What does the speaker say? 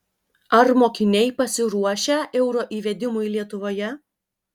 ar mokiniai pasiruošę euro įvedimui lietuvoje